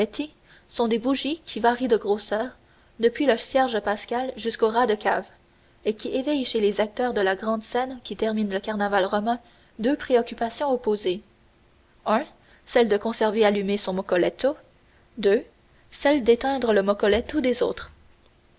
sont des bougies qui varient de grosseur depuis le cierge pascal jusqu'au rat de cave et qui éveillent chez les acteurs de la grande scène qui termine le carnaval romain deux préoccupations opposées un celle de conserver allumé son mot collet de celle d'éteindre le moccoletto des autres